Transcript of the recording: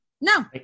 No